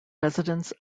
residence